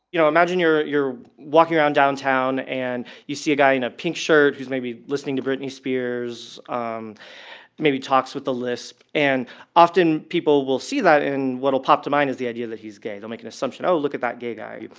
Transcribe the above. you know imagine you're you're walking around downtown and you see a guy in a pink shirt who's maybe listening to britney spears, um maybe talks with a lisp. and often people will see that and what'll pop to mind is the idea that he's gay. they'll make an assumption. oh, look at that gay guy.